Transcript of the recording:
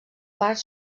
part